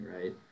right